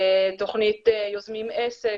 תוכנית 'יוזמים עסק',